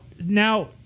now